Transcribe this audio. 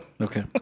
Okay